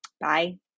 Bye